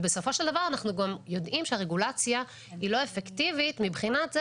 ובסופו של דבר אנחנו גם יודעים שהרגולציה היא לא אפקטיבית מבחינת זה